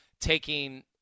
taking